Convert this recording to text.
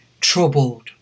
troubled